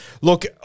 Look